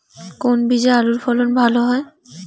কোন বীজে আলুর ফলন ভালো হয়?